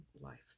life